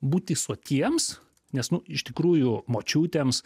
būti sotiems nes nu iš tikrųjų močiutėms